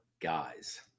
guys